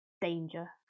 danger